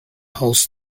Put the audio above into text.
hosts